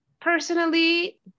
personally